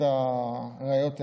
הראיות האלה.